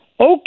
okay